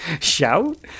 shout